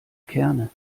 kerne